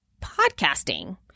podcasting